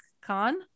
Khan